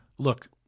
Look